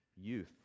youth